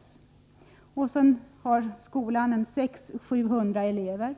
Skolan har 600-700 elever.